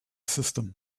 system